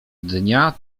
dnia